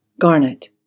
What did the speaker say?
garnet